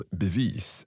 bevis